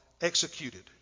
executed